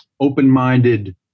open-minded